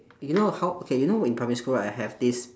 you know how okay you know in primary school I have this